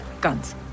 guns